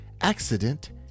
accident